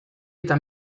eta